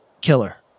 killer